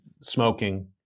smoking